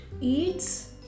eats